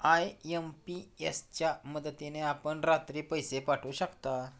IMPS च्या मदतीने आपण रात्री पैसे पाठवू शकता